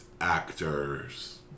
actor's